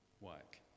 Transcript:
work